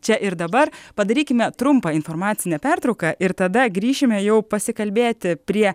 čia ir dabar padarykime trumpą informacinę pertrauką ir tada grįšime jau pasikalbėti prie